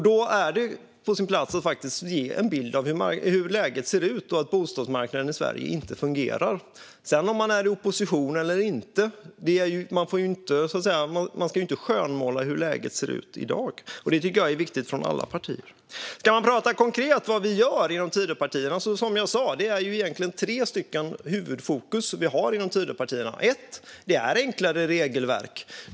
Då är det på sin plats att ge en bild av hur läget ser ut. Bostadsmarknaden i Sverige fungerar inte, och oavsett om man är i opposition eller inte ska man inte skönmåla hur läget ser ut i dag. Det tycker jag är viktigt för alla partier. För att prata konkret om vad vi gör inom Tidöpartierna har vi, som jag sa, tre huvudfokus. Det första är enklare regelverk.